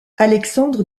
alexandre